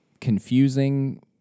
confusing